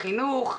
החינוך,